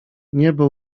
niebo